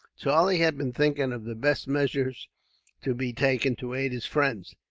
charlie had been thinking of the best measures to be taken, to aid his friends,